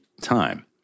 time